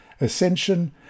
ascension